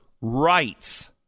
rights